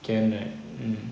can right mm